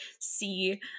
see